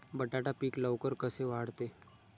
बटाटा पीक लवकर कसे वाढते?